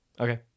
Okay